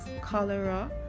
cholera